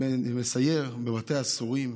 מסייר בבתי אסורים,